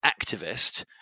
activist